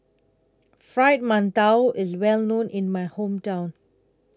Fried mantou IS Well known in My Hometown